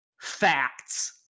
facts